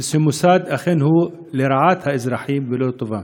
שהמוסד הוא לרעת האזרחים ולא לטובה.